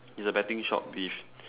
it's a betting shop with